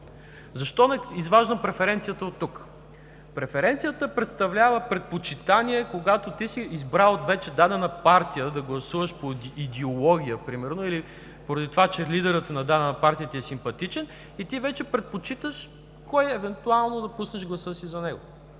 Защо не изваждам преференцията оттук? Преференцията представлява предпочитание, когато ти си избрал вече дадена партия да гласуваш по идеология, примерно, или поради това, че лидерът на дадена партия ти е симпатичен и ти вече предпочиташ за кой евентуално да пуснеш гласа си. Сама по